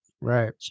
right